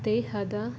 ದೇಹದ